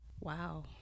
Wow